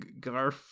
garf